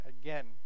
again